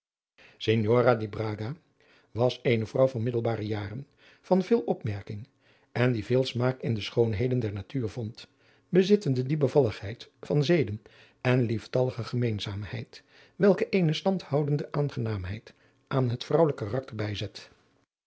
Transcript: braga was eene vrouw van middelbare jaren van veel opmerking en die veel smaak in de schoonheden der natuur vond bezittende die bevalligheid van zeden en lieftalige gemeenzaamheid welke eene standhoudende aangenaamheid aan het vrouwelijk karakter bijzet